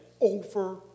over